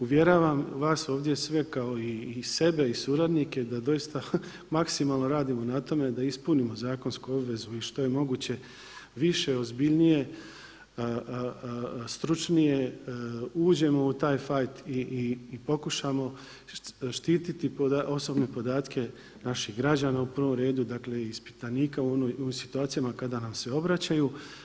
Uvjeravam vas ovdje sve kao i sebe i suradnike da doista maksimalno radimo na tome da ispunimo zakonsku obvezu i što je moguće više ozbiljnije stručnije uđemo u taj fight i pokušamo štiti osobne podatke naših građana uprvom redu i ispitanika u situacijama kada nam se obraćaju.